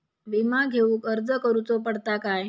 विमा घेउक अर्ज करुचो पडता काय?